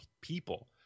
people